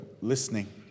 listening